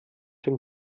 dem